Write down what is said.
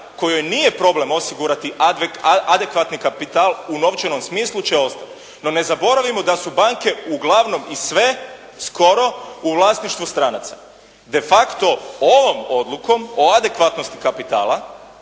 kojoj nije problem osigurati adekvatni kapital u novčanom smislu, će ostati. No ne zaboravimo da su banke uglavnom i sve skoro u vlasništvu stranaca de facto ovom odlukom o adekvatnosti kapitala,